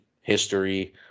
history